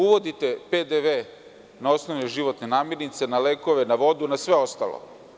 Uvodite PDV na osnovne životne namirnice, na lekove, na vodu i na sve ostalo.